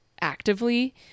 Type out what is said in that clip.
actively